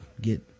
get